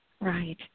Right